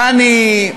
דני,